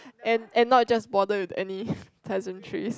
and and not just bother with any pleasantry